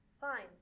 Fine